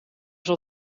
zat